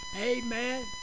amen